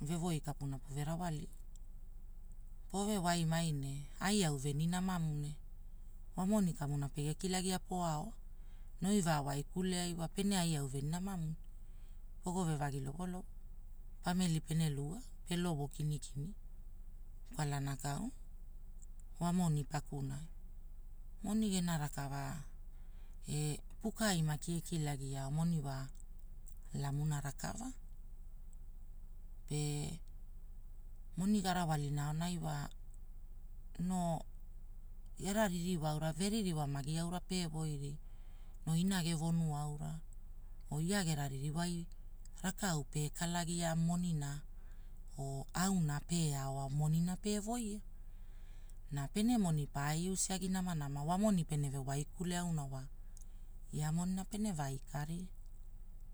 Veuioi kapuna povurawali. Povewai mai ne, ai au veni namanamu ne, wamoni kamuna pegei kilagia po aoa, ne oi vawaikule ai wa pene ai au veni namamu, logo vevagi lovolovo. Pamili pene iugaa, velovo kinikini, kwalana kauna, wa moni pakunai, moni gena rakave, e pukai maki ekilagi ao moni wa, lamuna rakava. Pe, moni garawalina aonai wa, noo, gera ririwa aura, veririmai gi aura pewoi ria, no inage wonu aura, oia gere ririwai, rakaau pekalagia monina, wo auna pe aoa monina pewoia. Na pene moni pae Uaiagi namanama wa mon, peneve waikule auna wa, ia monina pene vaa ikari.